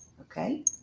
okay